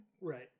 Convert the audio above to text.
Right